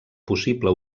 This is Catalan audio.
possible